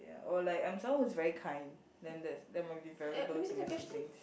ya or like I'm someone who is very kind then that's then that might be valuable to my siblings